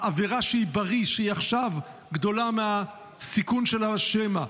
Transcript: העבירה שברי שהיא עכשיו גדולה מהסיכון של "שמא".